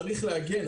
צריך להגן,